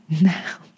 Now